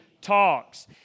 Talks